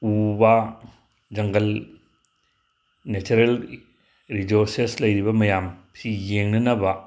ꯎ ꯋꯥ jungle natural resources ꯂꯩꯔꯤꯕ ꯃꯌꯥꯝ ꯁꯤ ꯌꯦꯡꯅꯅꯕ